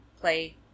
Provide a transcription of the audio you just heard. play